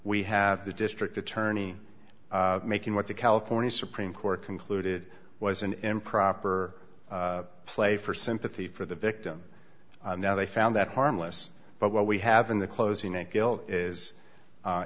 we have the district attorney making what the california supreme court concluded was an improper play for sympathy for the victim now they found that harmless but what we have in the closing of guilt is